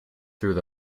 through